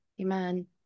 Amen